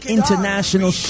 International